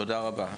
תודה רבה.